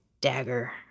dagger